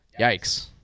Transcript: Yikes